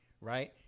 right